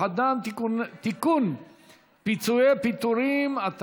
32 בעד, אין מתנגדים, אין נמנעים.